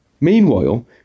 Meanwhile